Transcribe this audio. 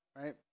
right